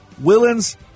Willens